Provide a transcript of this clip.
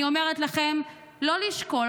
אני אומרת לכם: לא לשקול.